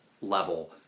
level